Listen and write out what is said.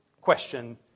question